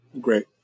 Great